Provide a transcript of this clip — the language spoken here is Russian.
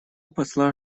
посла